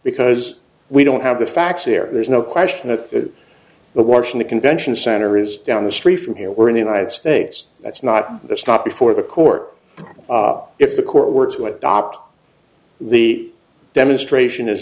because we don't have the facts here there's no question that the washington convention center is down the street from here we're in the united states that's not that's not before the court if the court were to adopt the demonstration is